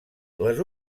les